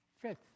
Fifth